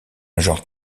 genre